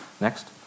Next